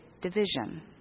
division